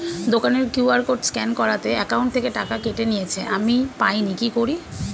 দোকানের QR code scan করাতে account থেকে টাকা কেটে নিয়েছে, আমি পাইনি কি করি?